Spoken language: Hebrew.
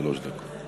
שלוש דקות.